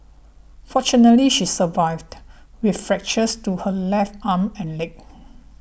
fortunately she survived with fractures to her left arm and leg